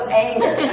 anger